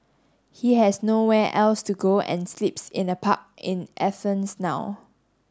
he has nowhere else to go and sleeps in a park in Athens now